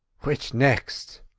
which next?